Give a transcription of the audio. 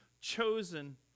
chosen